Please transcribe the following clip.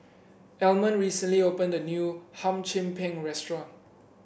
Almond recently opened a new Hum Chim Peng restaurant